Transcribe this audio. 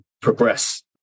progress